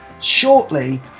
shortly